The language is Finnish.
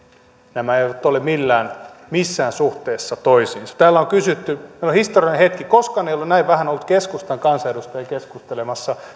nämä eivät ole missään suhteessa toisiinsa täällä on historiallinen hetki koskaan ei ole näin vähän ollut keskustan kansanedustajia keskustelemassa